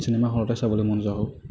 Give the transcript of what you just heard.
cinema হলতেই চাবলৈ মন যোৱা হ'ল